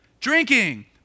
drinking